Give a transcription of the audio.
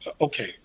Okay